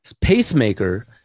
pacemaker